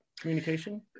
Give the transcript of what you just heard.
communication